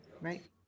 Right